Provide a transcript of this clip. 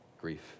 Grief